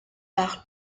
par